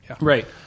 Right